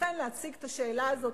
ולכן להציג את השאלה הזאת,